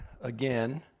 again